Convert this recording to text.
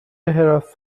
حراست